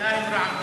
במליאה הם ערבים.